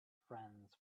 friends